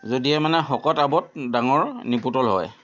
যদিহে মানে শকত আৱত ডাঙৰ নিপোটল হয়